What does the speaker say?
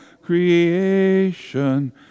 creation